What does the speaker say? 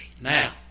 now